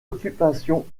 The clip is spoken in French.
occupation